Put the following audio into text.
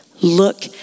Look